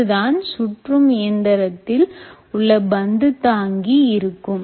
இங்குதான் சுற்றும் இயந்திரத்தில் உள்ள பந்து தங்கி இருக்கும்